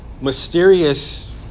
mysterious